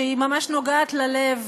שהיא ממש נוגעת ללב,